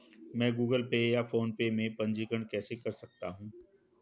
मैं Google Pay या PhonePe में पंजीकरण कैसे कर सकता हूँ?